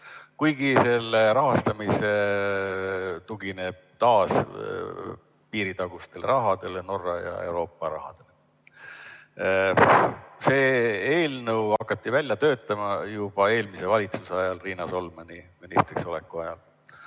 Kuigi selle rahastamine tugineb taas piiritagusele rahale – Norra ja Euroopa rahale. Seda eelnõu hakati välja töötama juba eelmise valitsuse ajal Riina Solmani ministriks oleku ajal.